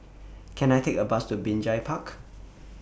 Can I Take A Bus to Binjai Park